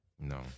No